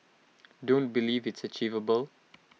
don't believe it's achievable